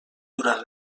durant